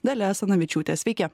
dalia asanavičiūte sveiki